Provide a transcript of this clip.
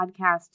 podcast